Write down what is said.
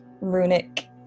runic